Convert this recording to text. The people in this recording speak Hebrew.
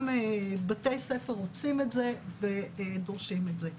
גם בתי ספר רוצים את זה, ודורשים את זה.